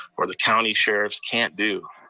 or the county sheriffs can't do,